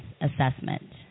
Assessment